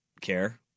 care